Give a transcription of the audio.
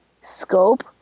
scope